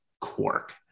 Quark